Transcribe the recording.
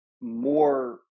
more